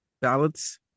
ballots